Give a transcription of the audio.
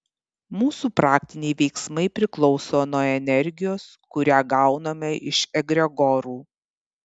mūsų praktiniai veiksmai priklauso nuo energijos kurią gauname iš egregorų